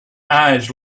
eyes